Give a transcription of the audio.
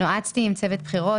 נועצתי בצוות הבחירות,